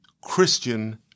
Christian